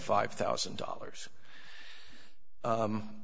five thousand dollars